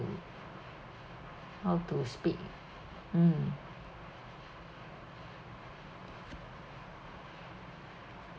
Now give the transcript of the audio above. how to speak mm